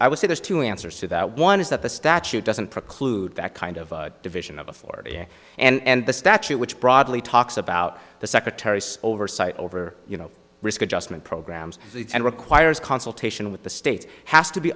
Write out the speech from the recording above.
i would say there's two answers to that one is that the statute doesn't preclude that kind of division of a forty year and the statute which broadly talks about the secretary's oversight over you know risk adjustment program and requires consultation with the state has to be